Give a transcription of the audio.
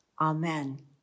Amen